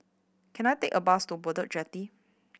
can I take a bus to Bedok Jetty